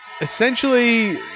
essentially